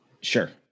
sure